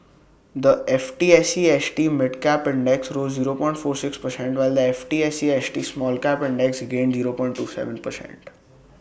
the F T S E S T mid cap index rose zero point four six percent while the F T S E S T small cap index gained zero point two Seven percent